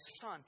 son